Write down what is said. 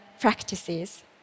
practices